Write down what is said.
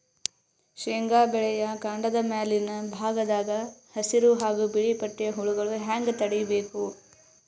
ಶೇಂಗಾ ಬೆಳೆಯ ಕಾಂಡದ ಮ್ಯಾಲಿನ ಭಾಗದಾಗ ಹಸಿರು ಹಾಗೂ ಬಿಳಿಪಟ್ಟಿಯ ಹುಳುಗಳು ಹ್ಯಾಂಗ್ ತಡೀಬೇಕು?